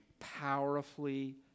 powerfully